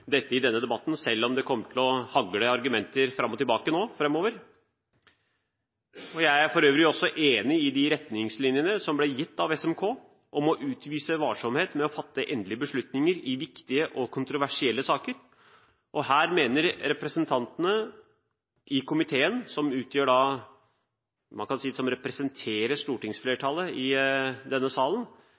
dette i denne debatten, selv om det nå framover kommer til å hagle argumenter fram og tilbake. Jeg er for øvrig også enig i de retningslinjene som ble gitt av SMK om å utvise varsomhet med å fatte endelige beslutninger i viktige og kontroversielle saker. Her mener representantene i komiteen som representerer stortingsflertallet i denne salen,